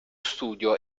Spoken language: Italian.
studio